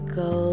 go